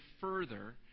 further